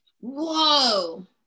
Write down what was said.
Whoa